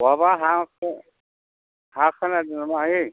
बहाबा हा हा खोनादों नामा ओइ